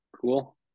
Cool